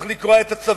צריך לקרוע את הצווים,